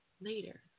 later